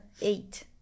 eight